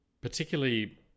particularly